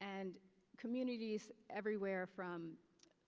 and communities everywhere from